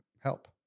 help